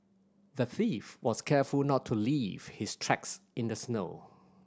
the thief was careful not to leave his tracks in the snow